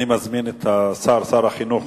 אני מזמין את השר, שר החינוך